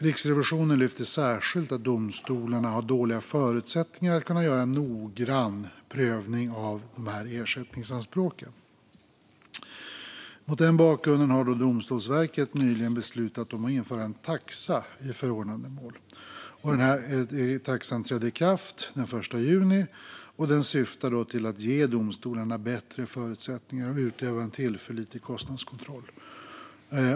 Riksrevisionen lyfter särskilt fram att domstolarna har dåliga förutsättningar att kunna göra en noggrann prövning av dessa ersättningsanspråk. Mot denna bakgrund har Domstolsverket nyligen beslutat att införa en taxa i förordnandemål. Taxan trädde i kraft den 1 juni och syftar till att ge domstolarna bättre förutsättningar att utöva en tillförlitlig kostnadskontroll.